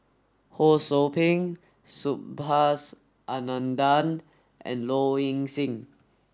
Ho Sou Ping Subhas Anandan and Low Ing Sing